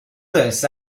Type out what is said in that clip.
this